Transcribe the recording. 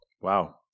Wow